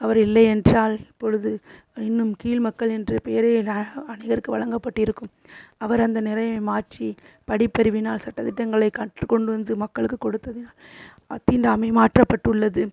அவர் இல்லை என்றால் இப்பொழுது இன்னும் கீழ் மக்கள் என்ற பெயரே ர அநேகருக்கு வழங்கப்பட்டிருக்கும் அவர் அந்த நிலையை மாற்றி படிப்பறிவினால் சட்ட திட்டங்களை கற்று கொண்டு வந்து மக்களுக்கு கொடுத்ததினால் தீண்டாமை மாற்றப்பட்டுள்ளது